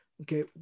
Okay